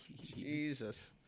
Jesus